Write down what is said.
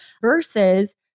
versus